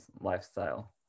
lifestyle